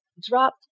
dropped